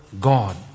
God